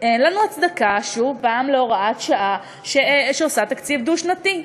אין לנו הצדקה שוב להוראת שעה שעושה תקציב דו-שנתי.